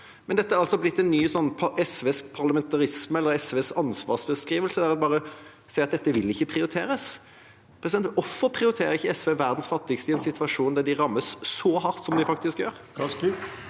men dette er altså blitt SVs parlamentarisme eller SVs ansvarsfraskrivelse, der de bare sier at dette vil ikke prioriteres. Hvorfor prioriterer ikke SV verdens fattigste i en situasjon der de rammes så hardt som de faktisk gjør?